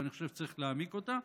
ואני חושב שצריך להעמיק אותה,